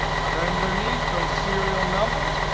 but underneath those serial numbers,